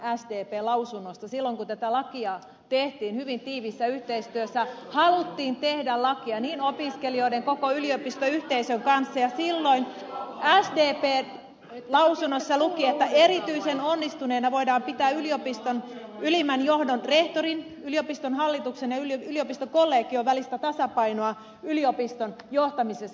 silloin kun tätä lakia tehtiin hyvin tiiviissä yhteistyössä haluttiin tehdä lakia niin opiskelijoiden kuin koko yliopistoyhteisön kanssa ja silloin sdpn lausunnossa luki että erityisen onnistuneena voidaan pitää yliopiston ylimmän johdon rehtorin yliopiston hallituksen ja yliopistokollegion tasapainoa yliopiston johtamisessa